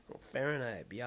Fahrenheit